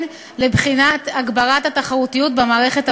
לבחינת הגברת התחרותיות במערכת הבנקאית.